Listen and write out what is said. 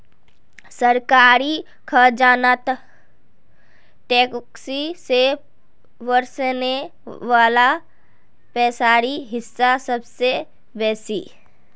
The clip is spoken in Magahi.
सरकारी खजानात टैक्स से वस्ने वला पैसार हिस्सा सबसे बेसि